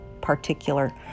particular